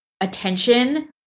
attention